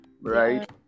right